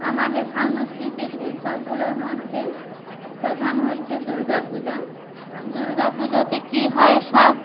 আমাদের সাংস্কৃতিক উৎসবগুলোর মধ্যে প্রধান হচ্ছে দুর্গাপূজা দুর্গাপুজোতে কী হয় সব